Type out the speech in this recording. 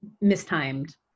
mistimed